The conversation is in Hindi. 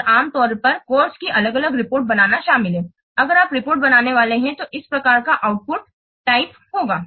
और आम तौर पर पाठ्यक्रम की अलग अलग रिपोर्ट बनाना शामिल है अगर आप रिपोर्ट बनाने वाले हैं तो यह किस प्रकार का आउटपुट प्रकार होगा